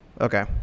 Okay